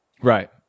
Right